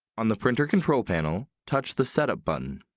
on the printer control panel, touch the setup button.